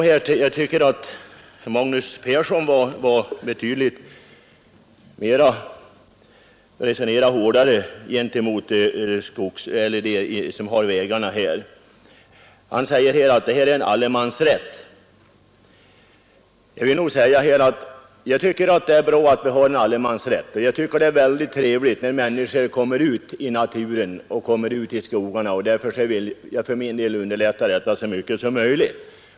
Herr Magnus Persson resonerade litet hårdare och hävdade att det är fråga om en allemansrätt. Ja, det är bra att vi har en allemansrätt och det är trevligt att människor kan komma ut i skog och natur. Detta skall vi underlätta så mycket som möjligt.